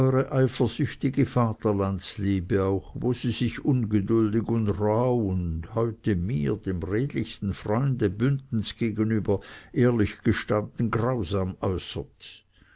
eifersüchtige vaterlandsliebe auch wo sie sich ungeduldig und rauh und heute mir dem redlichsten freunde bündens gegenüber ehrlich gestanden grausam